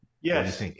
Yes